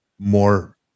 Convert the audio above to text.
more